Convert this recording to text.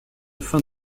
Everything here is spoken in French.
fin